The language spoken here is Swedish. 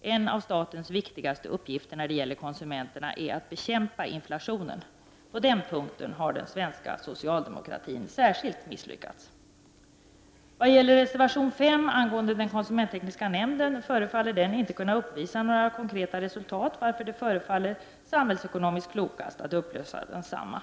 En av statens viktigaste uppgifter när det gäller konsumenterna är att bekämpa inflationen. Särskilt på den punkten har den svenska socialdemokratin misslyckats. Vad gäller reservation 5 angående den konsumenttekniska nämnden förefaller denna inte kunna uppvisa några konkreta resultat, varför det förefaller samhällsekonomiskt klokast att upplösa densamma.